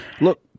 Look